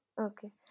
Okay